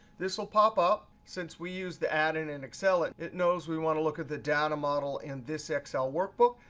this will pop up. since we used the add-in in and excel, it it knows we want to look at the data model in this excel workbook.